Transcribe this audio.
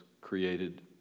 created